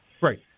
Right